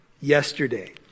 yesterday